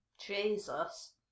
Jesus